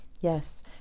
yes